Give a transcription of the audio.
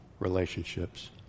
relationships